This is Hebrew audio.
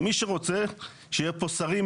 מי שרוצה מצדי שיהיו פה שרים,